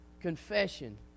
confession